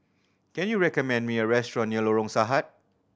can you recommend me a restaurant near Lorong Sahad